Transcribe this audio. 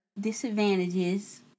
disadvantages